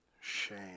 Shame